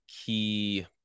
key